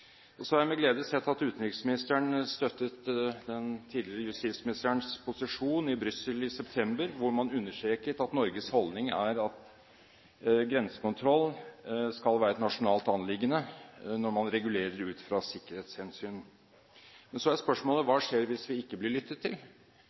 har med glede sett at utenriksministeren støttet den tidligere justisministerens posisjon i Brussel i september, da man understreket at Norges holdning er at grensekontroll skal være et nasjonalt anliggende når man regulerer ut fra et sikkerhetshensyn. Men så er spørsmålet: Hva